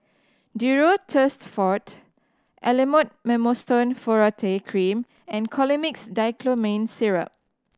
Duro Tuss Forte Elomet Mometasone Furoate Cream and Colimix Dicyclomine Syrup